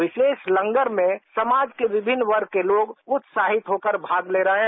विशेष लंगर में समाज के विभिन्न वर्ग के लोग उत्साहित होकर भाग ले रहे हैं